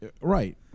right